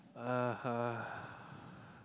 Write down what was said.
(uh huh)